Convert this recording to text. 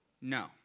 No